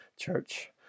Church